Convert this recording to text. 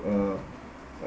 uh like